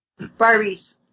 Barbies